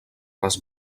les